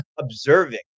observing